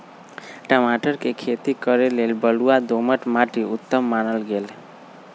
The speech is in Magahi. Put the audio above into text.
टमाटर कें खेती करे लेल बलुआइ दोमट माटि उत्तम मानल गेल